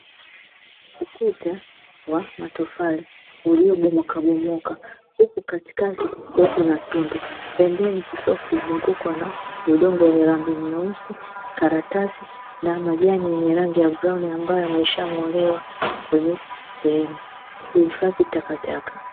Ukuta wa matofali uliobomoka bomoka , huku katikati kukiwa kuna tundu, pembeni kukiwa kumezungukwa na udongo wenye rangì nyeusi, karatasi, na majani yenye rangi ya brauni ambayo yameshang'olewa kwenye sehemu, huhifadhi takataka.